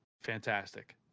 fantastic